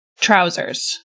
Trousers